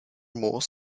more